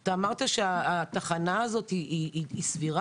אתה אמרת שהתחנה הזאת היא סבירה.